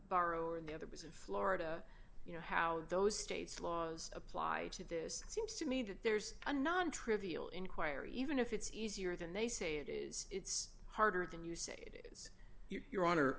bar or the other was in florida you know how those states laws apply to this seems to me that there's a non trivial inquiry even if it's easier than they say it is it's harder than you